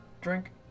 drink